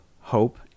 hope